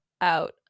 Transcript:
out